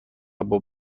باز